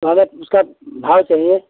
तो हमें उसका भाव चाहिए